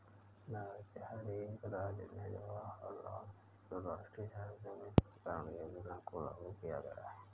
भारत के हर एक राज्य में जवाहरलाल नेहरू राष्ट्रीय शहरी नवीकरण योजना को लागू किया गया है